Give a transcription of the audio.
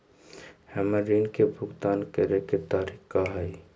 हमर ऋण के भुगतान करे के तारीख का हई?